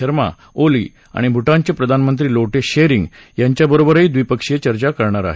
शर्मा ओली आणि भूत्रीमचे प्रधानमंत्री लोोशेरिंग यांच्याबरोबरही ते द्विपक्षीय चर्चा करणार आहेत